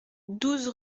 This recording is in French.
douze